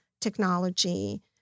technology